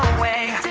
way